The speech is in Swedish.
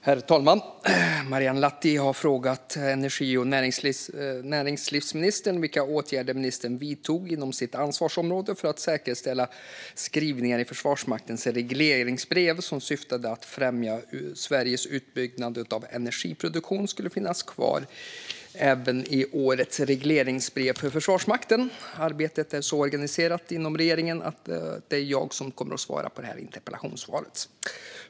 Herr talman! Marielle Lahti har frågat energi och näringslivsministern vilka åtgärder ministern vidtog inom sitt ansvarsområde för att säkerställa att skrivningarna i Försvarsmaktens regleringsbrev som syftade till att främja Sveriges utbyggnad av energiproduktion skulle finnas kvar även i årets regleringsbrev för Försvarsmakten. Arbetet inom regeringen är så organiserat att det är jag som kommer att svara på interpellationen.